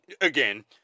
again